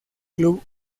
club